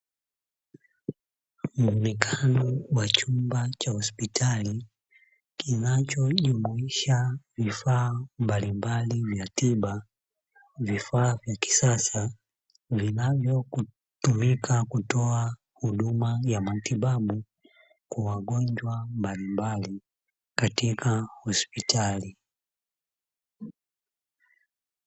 Muonekano wa chumba cha hospitali kinachojumuisha vifaa mbalimbali vya tiba, vifaa vya kisasa vinavyotumika kutoa huduma ya matibabu kwa wagonjwa mbalimbali katika hospitali.